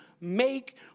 make